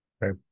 Right